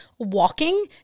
walking